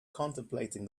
contemplating